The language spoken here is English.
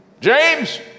James